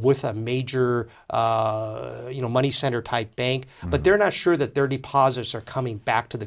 with a major you know money center type bank but they're not sure that their deposits are coming back to the